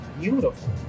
beautiful